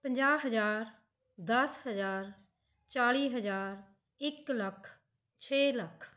ਪੰਜਾਹ ਹਜ਼ਾਰ ਦਸ ਹਜ਼ਾਰ ਚਾਲ੍ਹੀ ਹਜ਼ਾਰ ਇੱਕ ਲੱਖ ਛੇ ਲੱਖ